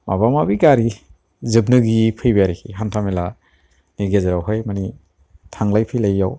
माबा माबि गारि जोबनो गैयै फैबाय आरोखि हान्था मेलानि गेजेरावहाय मानि थांलाय फैलायाव